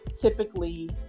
typically